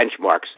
benchmarks